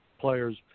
players